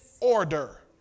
order